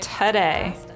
today